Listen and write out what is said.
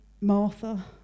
Martha